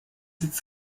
sitzt